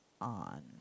on